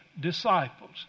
disciples